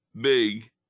Big